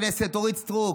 וחברת הכנסת אורית סטרוק.